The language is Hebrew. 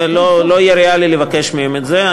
זה לא יהיה ריאלי לבקש מהם את זה.